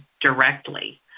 directly